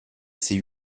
c’est